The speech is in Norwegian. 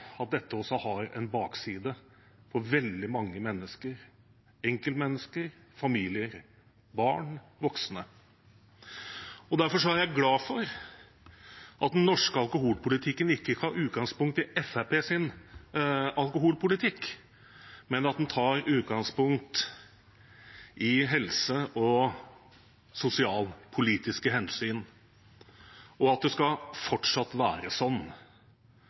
at dette også har en bakside for veldig mange mennesker – enkeltmennesker, familier, barn og voksne. Derfor er jeg glad for at den norske alkoholpolitikken ikke tar utgangspunkt i Fremskrittspartiets alkoholpolitikk, men at den tar utgangspunkt i helse- og sosialpolitiske hensyn, og at det fortsatt skal være sånn.